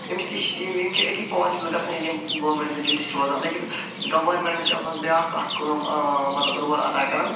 أمِس نِش یِم چھِ اَتی پاسِبُل گژھان ییٚلہِ یِم گورمٮ۪نٛٹس سۭتۍ جُڈِتھ چھِ روزان لیکِن گورمٮ۪نٛٹ چھُ اتھ منٛز بیٛاکھ اکھ کٲم مطلب رول ادا کَران